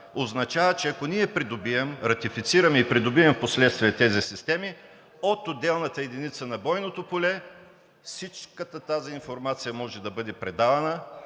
Означава, че ако ние ратифицираме и придобием впоследствие тези системи, от отделната единица на бойното поле всичката тази информация може да бъде предавана